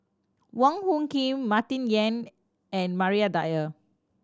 Wong Hung Khim Martin Yan and Maria Dyer